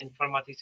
informatics